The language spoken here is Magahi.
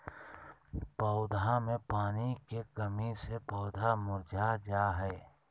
पौधा मे पानी के कमी से पौधा मुरझा जा हय